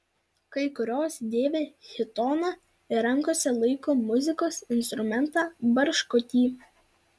kai kurios dėvi chitoną ir rankose laiko muzikos instrumentą barškutį